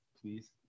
please